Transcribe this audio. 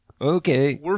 Okay